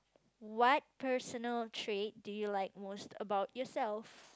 what personal trait do you like most about yourself